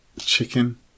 Chicken